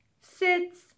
Sits